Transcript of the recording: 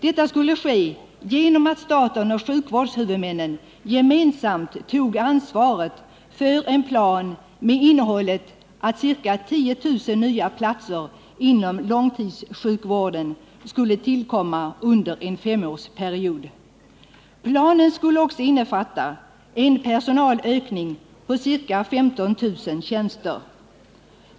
Detta skulle ske genom att staten och sjukvårdshuvudmännen gemensamt tog ansvaret för en plan med innehållet att ca 10 000 nya platser inom långtidssjukvården skulle tillkomma under en femårsperiod. Planen skulle också innefatta en personalökning på ca 15 000 tjänster.